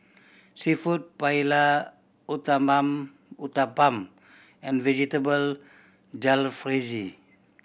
Seafood Paella Uthapam and Vegetable Jalfrezi